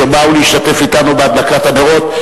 אשר באו להשתתף אתנו בהדלקת הנרות,